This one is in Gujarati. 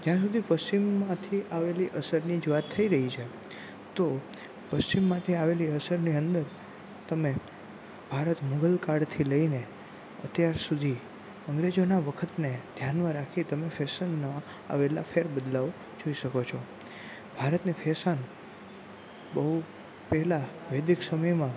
જ્યાં સુધી પશ્ચિમથી આવેલી અસરની જ વાત થઈ રહી છે તો પશ્ચિમમાંથી આવેલી અસરની અંદર તમે ભારત મુઘલ કાળથી લઈને અત્યાર સુધી અંગ્રેજોના વખતને ધ્યાનમાં રાખી તમે ફેશનમાં આવેલા ફેરબદલાવ જોઈ શકો છો ભારતની ફેશન બહુ પહેલા વૈદિક સમયમાં